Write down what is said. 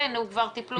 כבר טיפלו בזה.